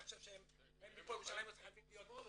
אני חושב שהם מפה, מירושלים, הם חייבים להיות פה.